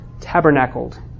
tabernacled